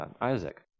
Isaac